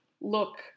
look